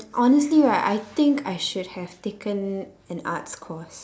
honestly right I think I should have taken an arts course